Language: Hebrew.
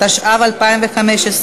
התשע"ו 2015,